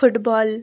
football